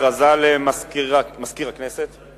הודעה לסגנית מזכיר הכנסת.